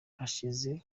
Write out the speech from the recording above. hashize